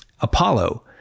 Apollo